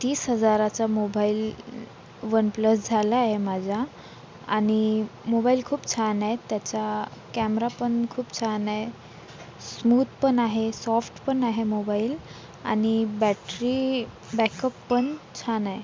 तीस हजाराचा mobile OnePlus झाला आहे माझा आणि मोबाइल खूप छान आहे त्याचा कॅमरा पण खूप छान आहे स्मूथ पण आहे सॉफ्ट पण आहे मोबाइल आणि बॅटरी बॅकअप पण छान आहे